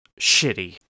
shitty